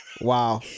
Wow